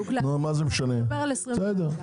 הבנתי.